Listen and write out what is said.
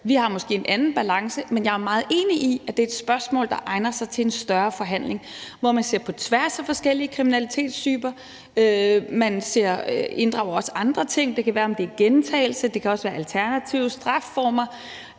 har måske en anden balance, men jeg er meget enig i, at det er et spørgsmål, der egner sig til en større forhandling, hvor man ser på tværs af forskellige kriminalitetstyper, og hvor man også inddrager andre ting. Det kan være, om det er gentagelse, og det kan også være alternative strafformer,